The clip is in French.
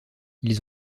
ils